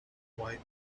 why